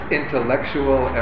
intellectual